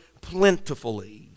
plentifully